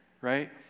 right